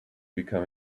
become